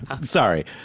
Sorry